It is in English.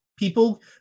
People